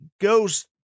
goes